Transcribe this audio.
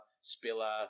Spiller